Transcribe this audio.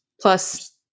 plus